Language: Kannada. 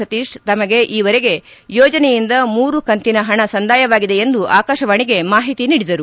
ಸತೀಶ್ ತಮಗೆ ಈವರೆಗೆ ಯೋಜನೆಯಿಂದ ಮೂರು ಕಂತಿನ ಪಣ ಸಂದಾಯವಾಗಿದೆ ಎಂದು ಆಕಾಶವಾಣಿಗೆ ಮಾಹಿತಿ ನೀಡಿದರು